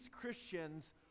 Christians